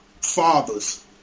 fathers